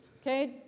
okay